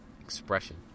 expression